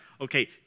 Okay